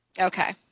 Okay